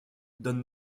donne